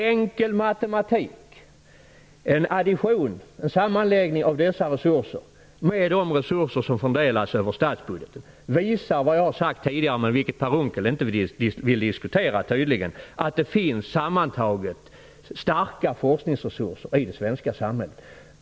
Enkel matematik - en addition eller sammanläggning av dessa resurser med de resurser som fördelas över statsbudgeten - visar vad jag har sagt tidigare, dvs. att det sammantaget finns starka forskningsresurser i det svenska samhället. Det vill Per Unckel tydligen inte diskutera.